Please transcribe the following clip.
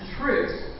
truth